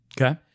Okay